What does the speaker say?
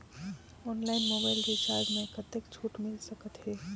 Online mobile recharge मे कतेक छूट मिल सकत हे?